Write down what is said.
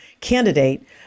Candidate